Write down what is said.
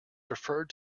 preferred